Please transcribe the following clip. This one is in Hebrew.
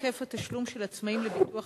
2. מדוע היקף התשלום של עצמאים לביטוח